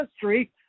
history